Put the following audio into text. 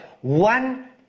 one